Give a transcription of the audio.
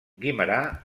guimerà